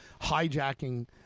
hijacking